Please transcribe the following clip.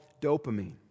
dopamine